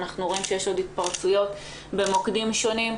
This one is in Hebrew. אנחנו רואים שיש עוד התפרצויות במוקדים שונים.